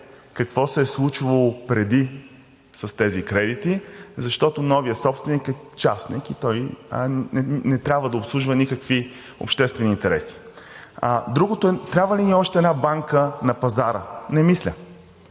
какво се е случвало преди с тези кредити, защото новият собственик е частник и той не трябва да обслужва никакви обществени интереси. Другото – трябва ли ни още една банка на пазара? Не мисля.